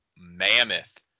mammoth